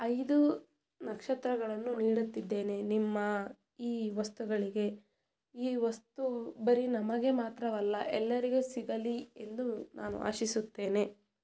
ಐದು ನಕ್ಷತ್ರಗಳನ್ನು ನೀಡುತ್ತಿದ್ದೇನೆ ನಿಮ್ಮ ಈ ವಸ್ತುಗಳಿಗೆ ಈ ವಸ್ತು ಬರೀ ನಮಗೆ ಮಾತ್ರವಲ್ಲ ಎಲ್ಲರಿಗೆ ಸಿಗಲಿ ಎಂದು ನಾನು ಆಶಿಸುತ್ತೇನೆ